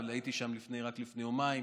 אבל הייתי שם רק לפני יומיים,